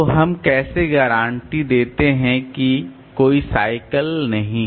तो हम कैसे गारंटी देते हैं कि कोई साइकिल नहीं हैं